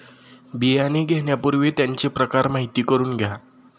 बियाणे घेण्यापूर्वी त्यांचे प्रकार माहिती करून घ्या